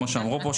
כמו שאמרו פה,